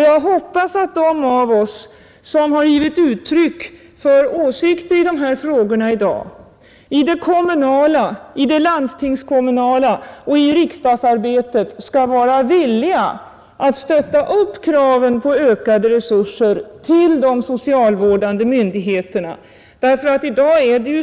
Jag hoppas att de av oss, som nu har givit uttryck för åsikter i de här frågorna, i det kommunala och landstingskommunala arbetet liksom i riksdagsarbetet skall vara villiga att stötta upp kraven på ökade resurser till de socialvårdande myndigheterna. I dag